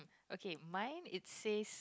okay mine it say